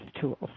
tools